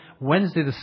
Wednesday